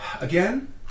Again